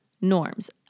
norms